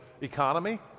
economy